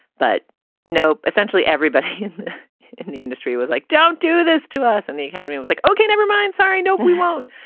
but no, essentially everybody in the industry was like, don't do this to us and the academy was like, okay, never mind. sorry, no, we won't.